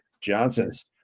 johnson's